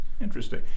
Interesting